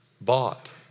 bought